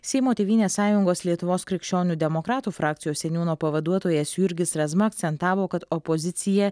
seimo tėvynės sąjungos lietuvos krikščionių demokratų frakcijos seniūno pavaduotojas jurgis razma akcentavo kad opozicija